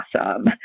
awesome